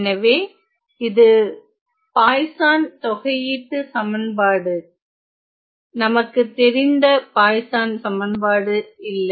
எனவே இது பாய்சான் தொகையீட்டு சமன்பாடு நமக்கு தெரிந்த பாய்சான் சமன்பாடு இல்லை